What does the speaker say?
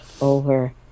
over